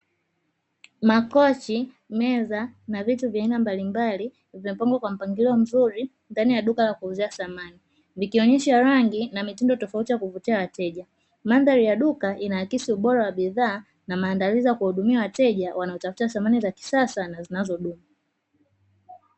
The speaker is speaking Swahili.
Makochi, meza na vitu vya aina mbalimbali vimepangwa kwa mpangilio mzuri ndani ya duka la kuuzia samani vikionyesha rangi na mitindo tofauti ya kuvutia wateja; mandhari ya duka inaakisi ubora wa bidhaa na maandalizi ya kuwahudumia wateja wanaotafuta samani sa kisasa na zinazodumu.